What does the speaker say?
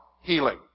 Healing